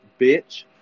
bitch